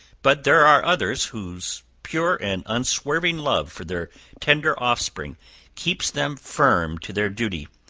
but there are others whose pure and unswerving love for their tender off-spring keeps them firm to their duty